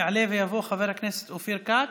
יעלה ויבוא חבר הכנסת אופיר כץ.